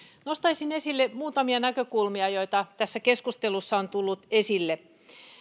nostaisin esille muutamia näkökulmia joita tässä keskustelussa on tullut esille